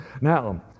Now